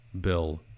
Bill